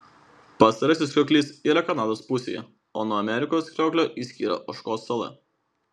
pastarasis krioklys yra kanados pusėje o nuo amerikos krioklio jį skiria ožkos sala